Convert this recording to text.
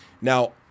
Now